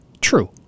True